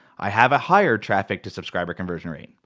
i have a higher traffic to subscriber conversion rate.